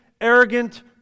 arrogant